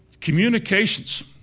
communications